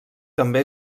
també